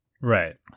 Right